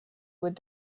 would